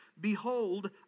behold